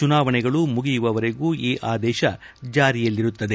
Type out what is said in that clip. ಚುನಾವಣೆಗಳು ಮುಗಿಯುವವರೆಗೂ ಈ ಆದೇಶ ಜಾರಿಯಲ್ಲಿರುತ್ತದೆ